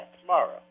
tomorrow